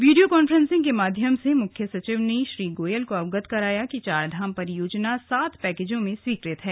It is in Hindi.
वीडियोकांफ्रेंसिंग के माध्यम से मुख्य सचिव ने श्री गोयल को अवगत कराया कि चारधाम परियोजना सात पैकेजों में स्वीकृत है